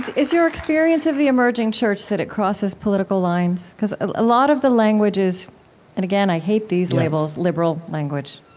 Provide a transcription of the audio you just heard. is your experience of the emerging church that it crosses political lines? because a lot of the language is and, again, i hate these labels liberal language.